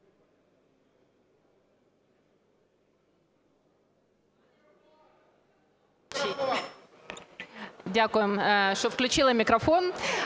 Дякую, що включили мікрофон.